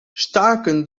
staken